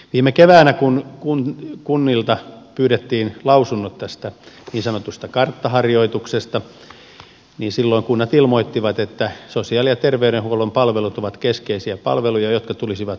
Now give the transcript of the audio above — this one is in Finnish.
viime keväänä kun kunnilta pyydettiin lausunnot tästä niin sanotusta karttaharjoituksesta kunnat ilmoittivat että sosiaali ja terveydenhuollon palvelut ovat keskeisiä palveluja jotka tulisi huomioida